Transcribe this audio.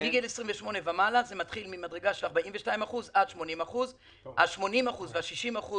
מגיל 28 ומעלה זה מתחיל ממדרגה של 42% עד 80%. 80% ו-60%